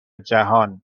جهان